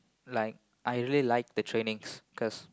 like I really like the trainings because